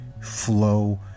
flow